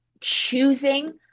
choosing